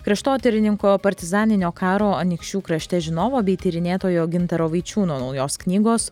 kraštotyrininko partizaninio karo anykščių krašte žinovo bei tyrinėtojo gintaro vaičiūno naujos knygos